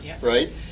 right